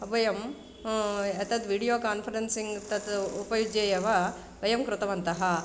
वयं एतत् video conferencing तत् उपयुज्य एव वयं कृतवन्तः